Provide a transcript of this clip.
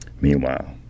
Meanwhile